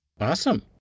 Awesome